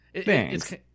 Thanks